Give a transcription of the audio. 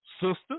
sister